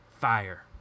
fire